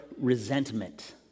resentment